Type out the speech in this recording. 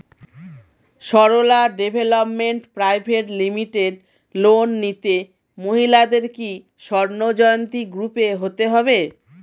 Sarala development private limited loan নিতে মহিলাদের কি স্বর্ণ জয়ন্তী গ্রুপে হতে হবে?